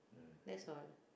that's all